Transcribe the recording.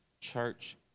church